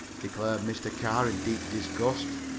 declared mr. carr, in deep disgust.